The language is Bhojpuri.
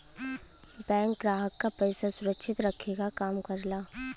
बैंक ग्राहक क पइसा सुरक्षित रखे क काम करला